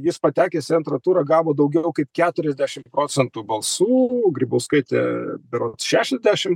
jis patekęs į antrą turą gavo daugiau kaip keturiasdešim procentų balsų grybauskaitė berods šešiasdešim